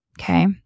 Okay